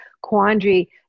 quandary